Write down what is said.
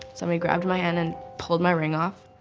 somebody grabbed my hand and pulled my ring off,